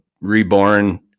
reborn